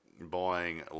Buying